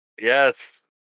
Yes